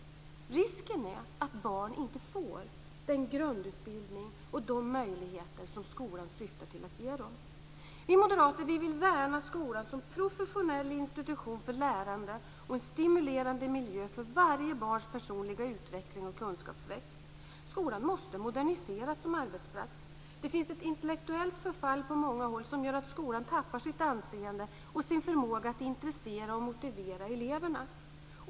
Risken är att barn inte får den grundutbildning och de möjligheter som skolan syftar till att ge dem. Vi moderater vill värna skolan som professionell institution för lärande och en stimulerande miljö för varje barns personliga utveckling och kunskapsväxt. Skolan måste moderniseras som arbetsplats. Det finns ett intellektuellt förfall på många håll som gör att skolan tappar sitt anseende och sin förmåga att intressera och motivera eleverna.